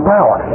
Power